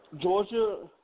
Georgia